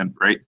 right